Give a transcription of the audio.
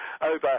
over